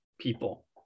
people